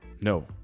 no